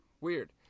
Weird